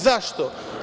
Zašto?